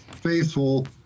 faithful